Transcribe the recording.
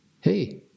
hey